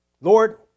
Lord